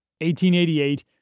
1888